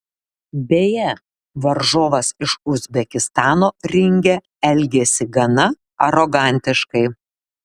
beje varžovas iš uzbekistano ringe elgėsi gana arogantiškai